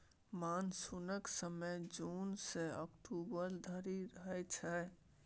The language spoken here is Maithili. मानसुनक समय जुन सँ अक्टूबर धरि रहय छै